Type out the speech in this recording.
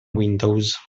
windows